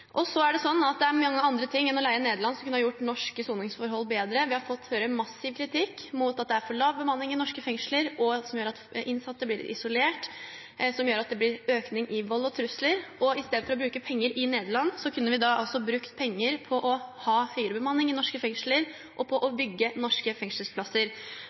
Det er mye annet enn å leie i Nederland som kunne ha gjort norske soningsforhold bedre. Vi har fått høre en massiv kritikk mot at det er for lav bemanning i norske fengsler, noe som gjør at innsatte blir isolert og at det blir økning i vold og trusler. I stedet for å bruke penger i Nederland kunne vi brukt penger på å ha høyere bemanning i norske fengsler og på å bygge norske fengselsplasser.